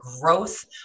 growth